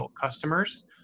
customers